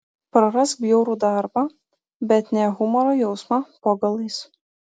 prarask bjaurų darbą bet ne humoro jausmą po galais